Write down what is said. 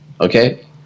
Okay